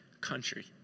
country